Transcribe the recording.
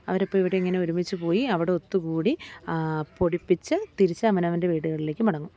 അവരിപ്പം ഇവിടെ ഇങ്ങനെ ഒരുമിച്ചുപോയി അവിടെ ഒത്തുകൂടി പൊടിപ്പിച്ച് തിരിച്ച് അവനവൻ്റെ വീടുകളിലേക്ക് മടങ്ങും